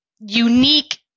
unique